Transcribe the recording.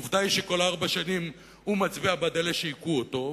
עובדה היא שכל ארבע שנים הוא מצביע בעד אלה שהכו אותו,